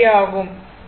ஆகும்